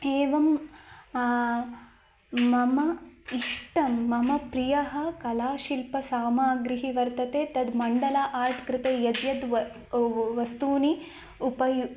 एवं मम इष्टं मम प्रिया कला शिल्पसामाग्री वर्तते तद् मण्डला आर्ट् कृते यद् यद् व् वस्तूनि उपयु